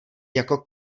jako